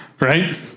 right